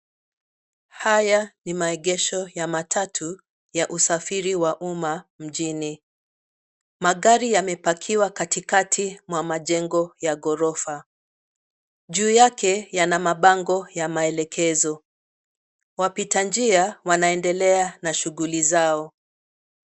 Haya ni maegesho ya matatu ya usafiri wa umma mjini. Magari yamepakiwa katikati mwa majengo ya ghorofa. Juu yake yana mabango ya maelekezo. Wapita njia wanaendelea na shughuli zao.